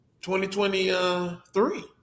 2023